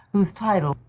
whose title,